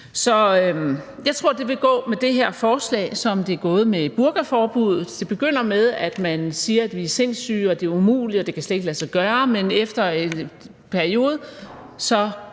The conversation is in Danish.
jeg tror, at det vil gå med det her forslag, som det er gået med burkaforbuddet: Det begynder med, at man siger, at vi er sindssyge, og at det er umuligt, og at det slet ikke kan lade sig gøre, men efter en periode